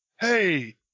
hey